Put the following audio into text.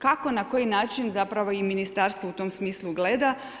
Kako i na koji način zapravo i ministarstvo u tom smislu gleda.